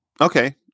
Okay